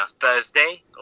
Thursday